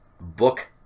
Book